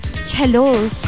hello